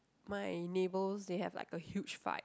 my neighbours they have like a huge fight